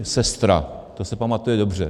SeStra, to se pamatuje dobře.